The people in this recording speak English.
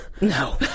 No